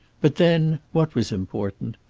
but then, what was important?